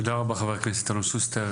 תודה רבה לחבר הכנסת אלון שוסטר.